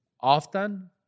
Often